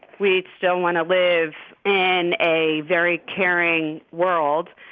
we still want to live in a very caring world.